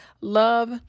Love